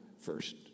first